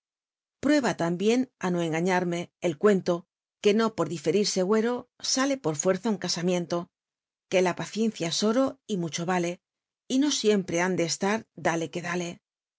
prueba tambien á no engaiiarme el cuento que no por diferirse huero sale por fuerza un casamiento que la paciencia es oro y mucho vale y no sicmpm han de cst tr dal e que dale